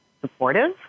supportive